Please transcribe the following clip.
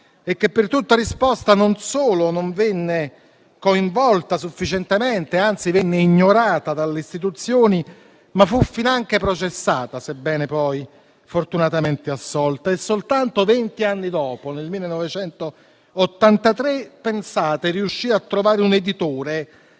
e che, per tutta risposta, non solo non venne coinvolta sufficientemente, anzi venne ignorata dalle istituzioni e fu finanche processata, sebbene poi fortunatamente assolta. Soltanto vent'anni dopo, nel 1983, riuscì a trovare un editore